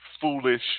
foolish